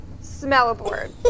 Smell-a-board